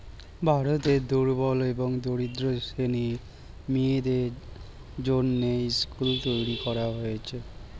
ভারতে দুর্বল এবং দরিদ্র শ্রেণীর মেয়েদের জন্যে স্কুল তৈরী করা হয়েছে